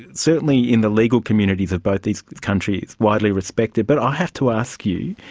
certainly in the legal communities of both these countries widely respected, but i have to ask you,